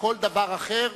כל דבר אחר,